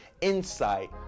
insight